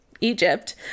Egypt